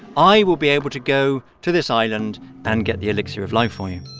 i will be able to go to this island and get the elixir of life for you